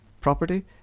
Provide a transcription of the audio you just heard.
property